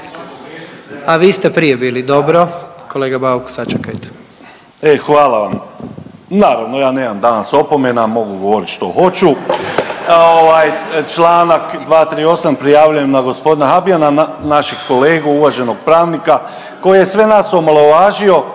A vi ste prije bili, dobro. Kolega Bauk sačekajte. **Sačić, Željko (Hrvatski suverenisti)** Hvala vam. Naravno ja nemam danas opomena, mogu govorit što hoću. Članak 238. prijavljujem na gospodina habijana, našeg kolegu uvaženog pravnika koji je sve nas omalovažio,